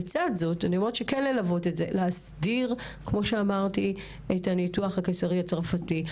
לצד זה ללוות ולהסדיר את הניתוח הקיסרי הצרפתי,